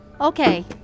okay